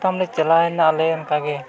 ᱛᱚᱠᱷᱚᱱ ᱞᱮ ᱪᱟᱞᱟᱣᱮᱱᱟ ᱟᱞᱮ ᱚᱱᱠᱟᱜᱮ